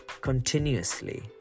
continuously